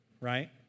right